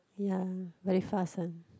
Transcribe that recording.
ya very fast one